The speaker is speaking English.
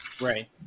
Right